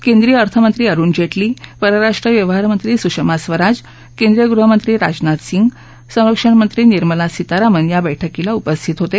केंद्रीय अर्थमंत्री अरुण जेटली परराष्ट्र व्यवहार मंत्री सुषमा स्वराज केंद्रीय गृहमंत्री राजनाथ सिंह संरक्षणमंत्री निर्मला सीतारामन या बैठकीला उपस्थित होते